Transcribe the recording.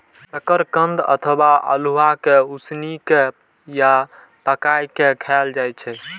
शकरकंद अथवा अल्हुआ कें उसिन के या पकाय के खायल जाए छै